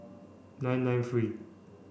nine nine three